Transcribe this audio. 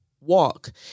walk